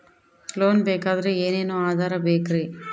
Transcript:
Loan ಬೇಕಾದ್ರೆ ಏನೇನು Aadhaar bakery?